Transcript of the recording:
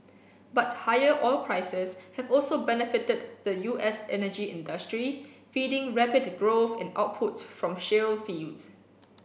but higher oil prices have also benefited the U S energy industry feeding rapid growth in output from shale fields